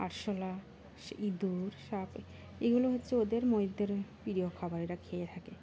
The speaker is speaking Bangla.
আরশোলা ইঁদুর সাপ এগুলো হচ্ছে ওদের ময়ূরদের প্রিয় খাবার এরা খেয়ে থাকে